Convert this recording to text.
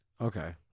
Okay